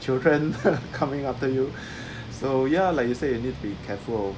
children coming after you so ya like you said you need to be careful of